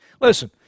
Listen